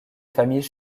familles